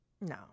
No